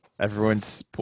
everyone's